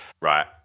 Right